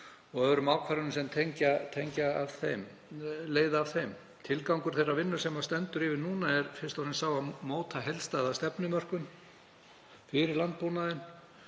og öðrum ákvörðunum sem leiða af þeim. Tilgangur þeirrar vinnu sem stendur yfir núna er fyrst og fremst sá að móta heildstæða stefnumörkun fyrir landbúnaðinn